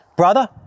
brother